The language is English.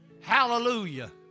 Hallelujah